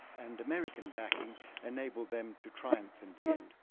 and american backing enabled them to triumph in the end,